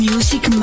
Music